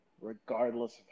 regardless